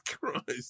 Christ